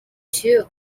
too